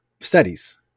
studies